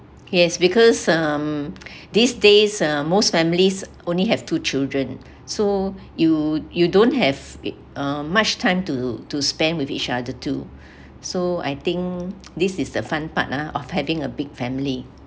yes because um these days uh most families only have two children so you you don't have uh much time to to spend with each other too so I think this is the fun part ah of having a big family